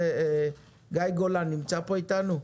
האם גיא גולן נמצא פה איתנו?